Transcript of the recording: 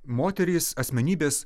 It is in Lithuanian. moterys asmenybės